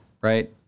Right